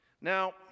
Now